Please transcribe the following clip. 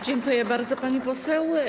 Dziękuję bardzo, pani poseł.